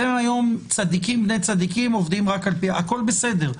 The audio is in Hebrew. אתם היום צדיקים בני צדיקים, עובדים והכל בסדר.